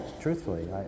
truthfully